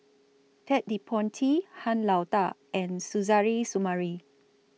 Ted De Ponti Han Lao DA and Suzairhe Sumari